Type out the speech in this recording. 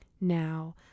Now